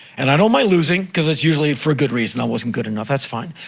and i don't mind losing. cause it's usually for a good reason. i wasn't good enough. that's fine.